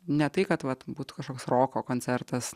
ne tai kad vat būtų kažkoks roko koncertas